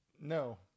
No